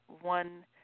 one